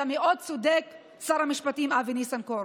אתה מאוד צודק, שר המשפטים אבי ניסנקורן.